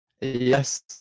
Yes